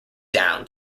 down